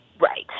Right